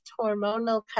hormonal